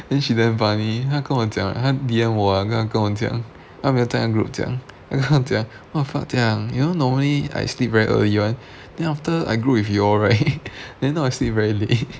then she damn funny 她跟我讲她 D_M 我她跟我讲她没有在那个 group 讲 then 她讲 what the fuck you know normally I sleep very early [one] then after I group with you all right then now I sleep very late